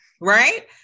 Right